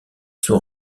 sont